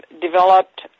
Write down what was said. developed